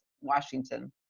Washington